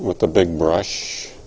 with the big brush